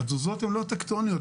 התזוזות הן לא טקטוניות,